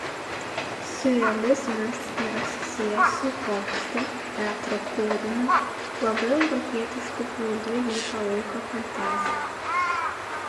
siurrealizmas yra susijęs su pokštu teatro kūriniu labai europietišku būdu jį palaiko fantazija